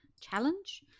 challenge